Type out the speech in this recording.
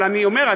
אבל אני אומר,